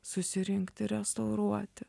susirinkti restauruoti